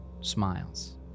smiles